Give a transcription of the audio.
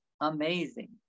amazing